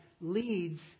leads